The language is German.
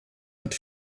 hat